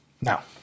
Now